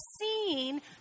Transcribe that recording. seeing